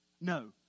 No